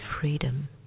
freedom